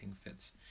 fits